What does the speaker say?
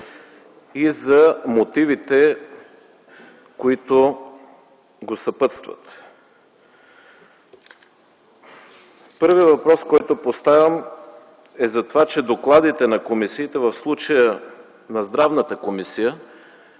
и за мотивите, които го съпътстват. Първият въпрос, който поставям, е за това, че докладите на комисиите, в случая на Комисията